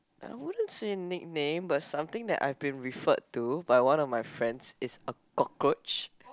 I wouldn't say nickname but something that I been referred to by one of my friend is a cockroach